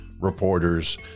reporters